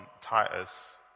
Titus